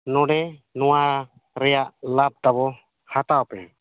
ᱱᱚᱸᱰᱮ ᱱᱚᱣᱟ ᱨᱮᱭᱟᱜ ᱞᱟᱵᱷ ᱛᱟᱵᱚ ᱦᱟᱛᱟᱣ ᱯᱮ